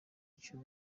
cy’u